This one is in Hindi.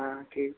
हाँ ठीक